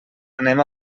anem